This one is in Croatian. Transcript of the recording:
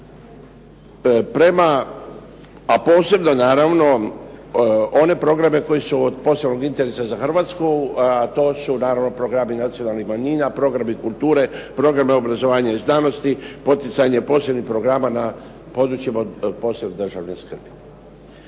Prema a posebno naravno one programe koji su od posebnog interesa za Hrvatsku, to su naravno programi nacionalnih manjina, programi kulture, programi obrazovanja i znanosti, poticanje posebnih programa na područjima od posebne državne skrbi.